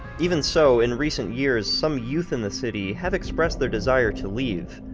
even so, in recent years, some youth in the city have expressed their desire to leave,